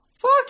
Fuck